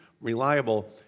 reliable